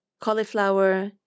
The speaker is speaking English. cauliflower